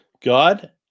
God